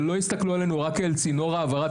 ולא הסתכלו עלינו רק כאל צינור העברת